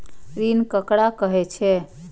ऋण ककरा कहे छै?